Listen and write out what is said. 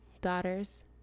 daughters